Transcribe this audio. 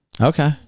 Okay